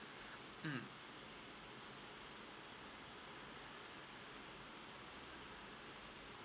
mm